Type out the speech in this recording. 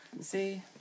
See